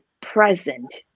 present